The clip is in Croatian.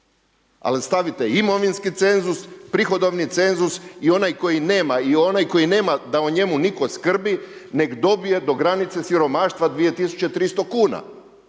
ali stavite imovinski cenzus, prihodovni cenzus i onaj koji nema da o njemu nitko skrbi, nek dobije do granice siromaštva 2300 kuna.